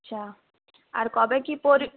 আচ্ছা আর কবে কি